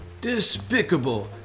Despicable